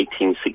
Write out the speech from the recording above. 1860